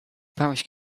parish